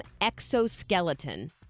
exoskeleton